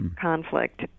conflict